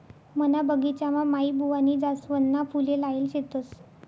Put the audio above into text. मना बगिचामा माईबुवानी जासवनना फुले लायेल शेतस